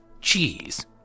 Cheese